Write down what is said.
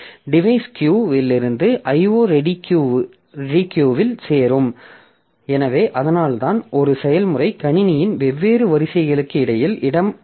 device கியூஇல் இருந்து IO ready queue சேரும் எனவே அதனால்தான் ஒரு செயல்முறை கணினியின் வெவ்வேறு வரிசைகளுக்கு இடையில் இடம்பெயரக்கூடும்